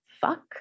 fuck